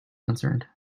concerned